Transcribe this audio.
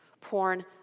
Porn